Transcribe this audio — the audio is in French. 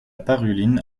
paruline